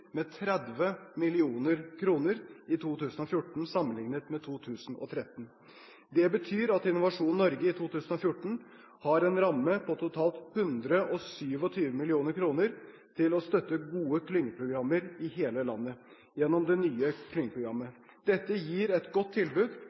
med 30 mill. kr i 2014 sammenliknet med 2013. Det betyr at Innovasjon Norge i 2014 har en ramme på totalt 127 mill. kr til å støtte gode klyngeprosjekter i hele landet, gjennom det nye klyngeprogrammet. Dette gir et godt tilbud